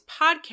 podcast